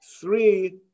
three